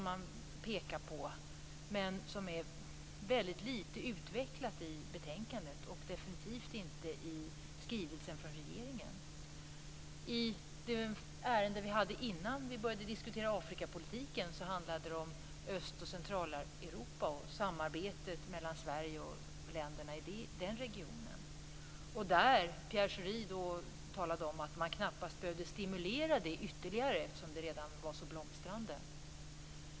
Men frågan är inte utvecklad i betänkandet och definitivt inte i skrivelsen från regeringen. Det ärende som behandlades innan detta ärende om Afrikapolitiken gällde Öst och Centraleuropa och samarbetet mellan Sverige och länderna i den regionen. Pierre Schori talade om att det samarbetet inte behövde stimuleras ytterligare eftersom det är så blomstrande.